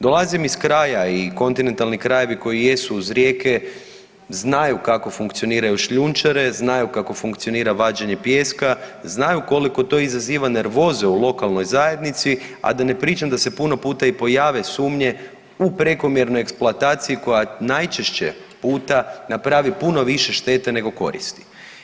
Dolazim iz kraja i kontinentalni krajevi koji jesu uz rijeke znaju kako funkcioniraju šljunčare, znaju kako funkcionira vađenje pijeska, znaju koliko to izaziva nervoze u lokalnoj zajednici, a da ne pričam da se puno puta i pojave sumnje u prekomjernu eksploataciji koja najčešće puta napravi puno više štete nego koristi.